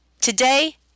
today